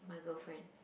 my girlfriend